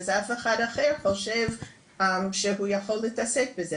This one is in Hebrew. אז אף אחד אחד לא חושב שהוא יכול להתעסק בזה.